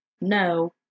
no